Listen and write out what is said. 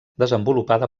desenvolupada